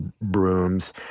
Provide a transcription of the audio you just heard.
brooms